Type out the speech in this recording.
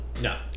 No